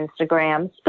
Instagram